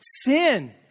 sin